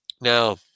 Now